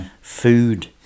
food